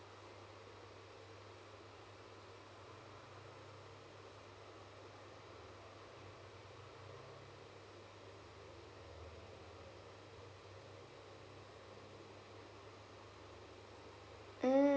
mm